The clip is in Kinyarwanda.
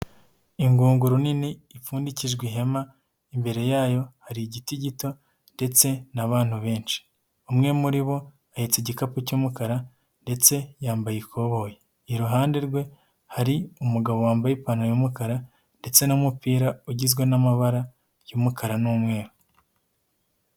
Ingunguru nini ipfundikijwe ihema, imbere yayo hari igiti gito ndetse n'abantu benshi. Umwe muri bo ahetse igikapu cy'umukara ndetse yambaye ikoboyi. Iruhande rwe hari umugabo wambaye ipantaro y'umukara ndetse n'umupira ugizwe n'amabara y'umukara n'umweru.